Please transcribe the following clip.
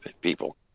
people